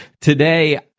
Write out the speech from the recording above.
today